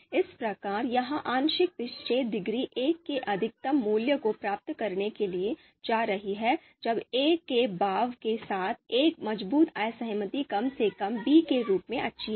इस प्रकार यह आंशिक विच्छेद डिग्री 1 के अधिकतम मूल्य को प्राप्त करने के लिए जा रही है जब 'a' के दावे के साथ एक मजबूत असहमति कम से कम 'b' के रूप में अच्छी है